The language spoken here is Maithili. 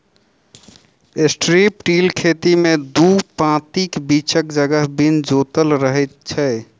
स्ट्रिप टिल खेती मे दू पाँतीक बीचक जगह बिन जोतल रहैत छै